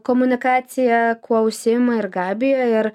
komunikaciją kuo užsiima ir gabija ir